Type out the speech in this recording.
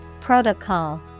Protocol